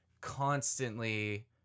constantly